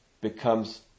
becomes